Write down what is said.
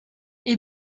est